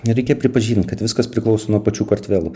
reikia pripažint kad viskas priklauso nuo pačių kartvelų